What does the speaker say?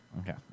Okay